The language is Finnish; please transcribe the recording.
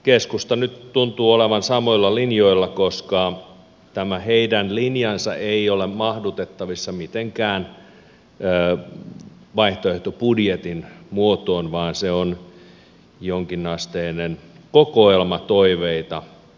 keskusta nyt tuntuu olevan samoilla linjoilla koska tämä heidän linjansa ei ole mahdutettavissa mitenkään vaihtoehtobudjetin muotoon vaan se on jonkinasteinen kokoelma toiveita